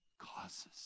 causes